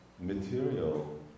material